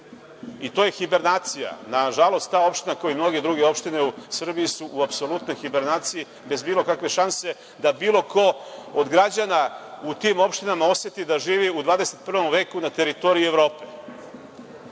To je hibernacija. Nažalost, ta opština, kao i mnoge druge opštine u Srbiji, je u apsolutnoj hibernaciji, bez bilo kakve šanse da bilo ko od građana u tim opštinama oseti da živi u 21. veku na teritoriji Evrope. Ta